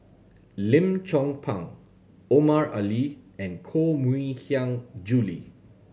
Lim Chong Pang Omar Ali and Koh Mui Hiang Julie